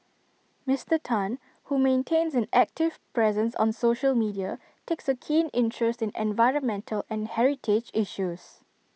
Mister Tan who maintains an active presence on social media takes A keen interest in environmental and heritage issues